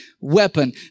weapon